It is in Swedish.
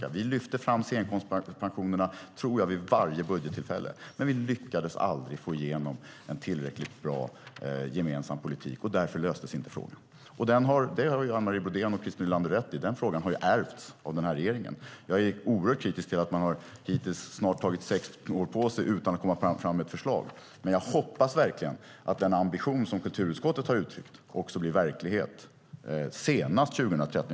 Jag tror att vi lyfte fram scenkonstpensionerna vid varje budgettillfälle, men vi lyckades aldrig få igenom en tillräckligt bra gemensam politik. Därför löstes inte frågan. Anne Marie Brodén och Christer Nylander har rätt i att frågan har ärvts av regeringen. Men jag är oerhört kritisk till att man hittills har tagit snart sex år på sig utan att komma fram med ett förslag. Jag hoppas att den ambition som kulturutskottet har uttryckt också blir verklighet senast 2013.